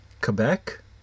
Quebec